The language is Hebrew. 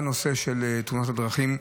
בנושא תאונות הדרכים,